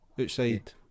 outside